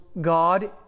God